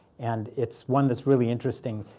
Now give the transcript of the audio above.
and it's one that's really interesting.